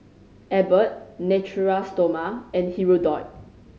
Abbott Natura Stoma and Hirudoid